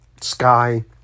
Sky